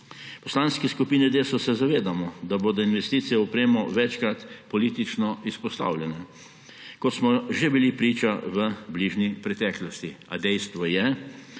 Poslanski skupini Desus se zavedamo, da bodo investicije v opremo večkrat politično izpostavljene, kot smo že bili priča v bližnji preteklosti,